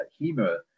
hema